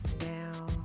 now